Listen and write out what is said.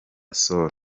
sol